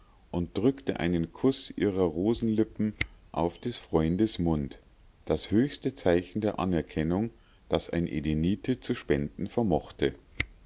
und drückte einen kuß ihrer rosenlippen auf des freundes mund das höchste zeichen der anerkennung das ein edenite zu spenden vermochte